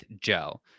joe